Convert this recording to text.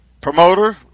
Promoter